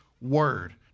word